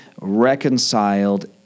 reconciled